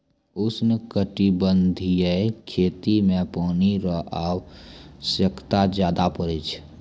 उष्णकटिबंधीय खेती मे पानी रो आवश्यकता ज्यादा पड़ै छै